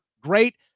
Great